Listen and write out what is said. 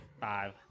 Five